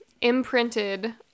imprinted